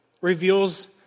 reveals